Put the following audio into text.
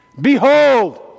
Behold